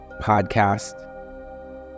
podcast